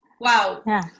Wow